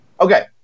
Okay